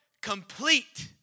complete